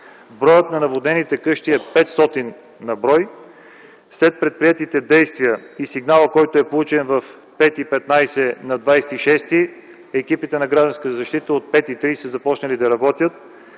Броят на наводнените къщи е 500 на брой. Следват предприети действия по сигнала, който е получен в 5.15 ч. на 26-ти. Екипите на „Гражданска защита” от 5.30 ч. са започнали да работят